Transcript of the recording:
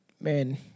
man